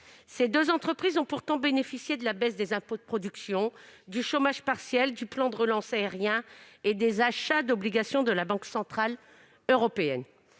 Ces deux entreprises ont pourtant bénéficié de la baisse des impôts de production, du chômage partiel, du plan de relance aérien et des achats d'obligations de la Banque centrale européenne.